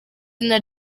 izina